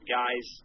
guys